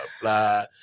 blah